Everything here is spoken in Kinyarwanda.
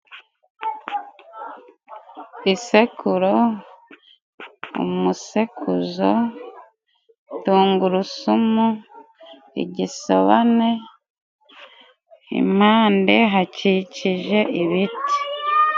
Isekuro, umusekuzo, tungurusumu, igisobane impande hakikije ibiti.